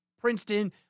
Princeton